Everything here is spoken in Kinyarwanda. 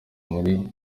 muri